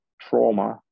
trauma